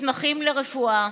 מתמחים ברפואה